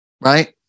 right